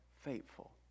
faithful